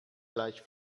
gleich